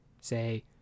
say